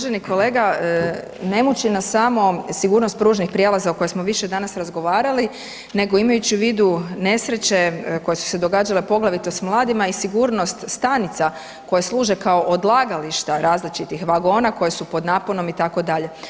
Uvaženi kolega, ne muči nas samo sigurnost pružnih prijelaza o kojima smo više danas razgovarali nego imajući u vidu nesreće koje su se događale, poglavito s mladima i sigurnost stanica koje služe kao odlagališta različitih vagona koja su pod naponom itd.